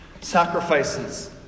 Sacrifices